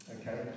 okay